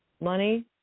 Money